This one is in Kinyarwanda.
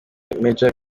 major